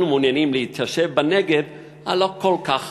אנחנו מעוניינים להתיישב בנגב הלא-כל-כך